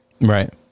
Right